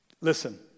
Listen